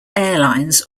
airlines